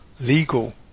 legal